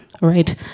right